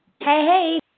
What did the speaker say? Hey